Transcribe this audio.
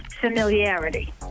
familiarity